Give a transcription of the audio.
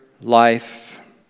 Life